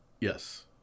Yes